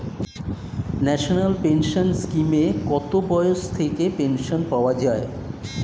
National pension স্কিমে কত বয়স থেকে পেনশন পাওয়া যায়?